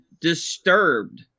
disturbed